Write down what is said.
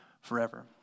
forever